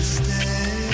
stay